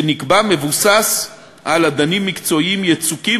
שנקבע מבוסס על אדנים מקצועיים יצוקים,